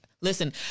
Listen